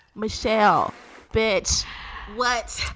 michelle bit what?